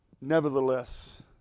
nevertheless